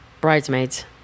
Bridesmaids